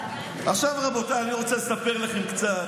עכשיו, רבותיי, אני רוצה לספר לכם קצת